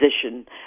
position